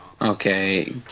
Okay